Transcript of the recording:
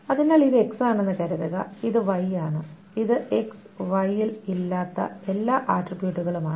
അതിനാൽ ഇത് X ആണെന്ന് കരുതുക ഇത് Y ആണ് ഇത് X Y ൽ ഇല്ലാത്ത എല്ലാ ആട്രിബ്യൂട്ടുകളും ആണ്